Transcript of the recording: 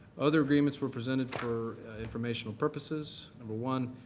other agreements were presented for informational purposes number one,